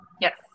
Yes